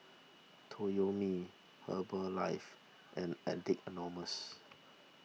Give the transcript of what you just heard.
Toyomi Herbalife and Addicts Anonymous